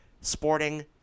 Sporting